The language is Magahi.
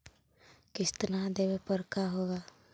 किस्त न देबे पर का होगा?